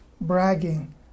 bragging